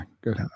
Good